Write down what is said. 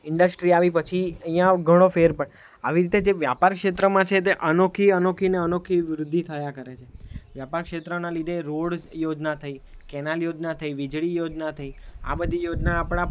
industry આવી પછી અહીંયાં ઘણો ફેર આવી રીતે જે વ્યાપાર ક્ષેત્રમાં છે તે અનોખી અનોખીને અનોખી વૃદ્ધિ થયા કરે છે વ્યાપાર ક્ષેત્રના લીધે રોડ યોજના થઈ કેનાલ યોજના થઈ વીજળી યોજના થઈ આ બધી યોજના આપણા